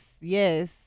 yes